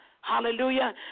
Hallelujah